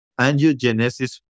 angiogenesis